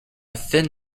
thin